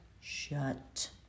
shut